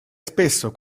spesso